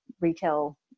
retail